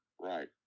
Right